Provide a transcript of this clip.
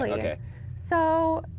like okay so,